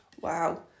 Wow